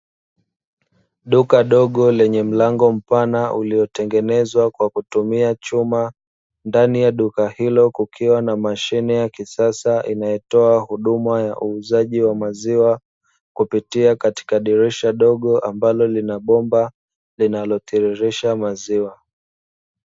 Duka dogo lenye mlango mpana uliotengenezwa kwa kutumia chuma, ndani ya duka hilo kukiwa na mashine ya kisasa inayotoa huduma ya uuzaji wa maziwa, kupitia katika dirisha dogo, ambalo lina bomba linalo tiririsha maziwa.